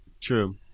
True